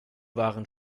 waren